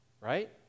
Right